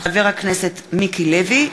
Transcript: מיכל רוזין